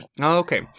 Okay